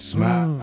Smile